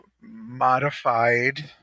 modified